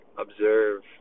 observe